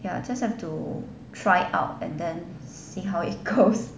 we just have to try out and then see how it goes